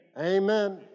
Amen